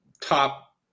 top